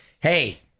hey